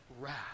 wrath